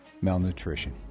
malnutrition